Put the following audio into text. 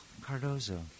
Cardozo